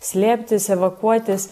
slėptis evakuotis